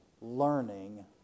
learning